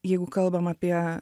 jeigu kalbam apie